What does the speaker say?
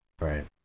Right